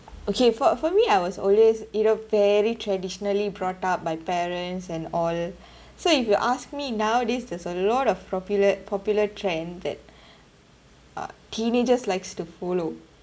okay for for me I was always you know very traditionally brought up by parents and all so if you ask me nowadays there's a lot of popular popular trend that uh teenagers likes to follow